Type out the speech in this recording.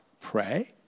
pray